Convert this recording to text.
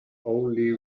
only